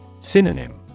Synonym